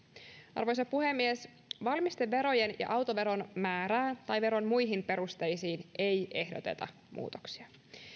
arvoisa puhemies valmisteverojen ja autoveron määrään tai veron muihin perusteisiin ei ehdoteta muutoksia